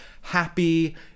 happy